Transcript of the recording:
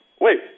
wait